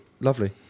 lovely